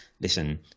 listen